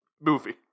movie